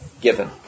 given